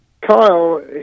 Kyle